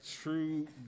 True